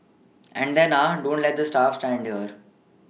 and then ah don't let the staff stand here